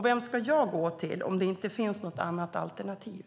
Vem ska jag gå till om det inte finns något alternativ?